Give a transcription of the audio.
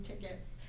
tickets